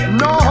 no